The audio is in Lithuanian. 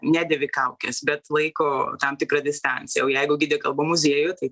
nedėvi kaukės bet laiko tam tikrą distanciją o jeigu gidė kalba muziejuje tai